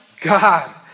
God